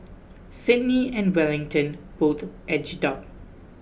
Sydney and Wellington both edged up